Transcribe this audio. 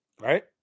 Right